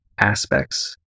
aspects